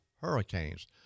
hurricanes